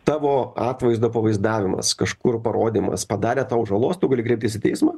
tavo atvaizdo pavaizdavimas kažkur parodymas padarė tau žalos tu gali kreiptis į teismą